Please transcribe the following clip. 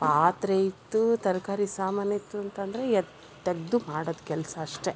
ಪಾತ್ರೆ ಇತ್ತು ತರಕಾರಿ ಸಾಮಾನಿತ್ತು ಅಂತಂದರೆ ಎತ್ತು ತೆಗೆದು ಮಾಡೋದು ಕೆಲಸ ಅಷ್ಟೇ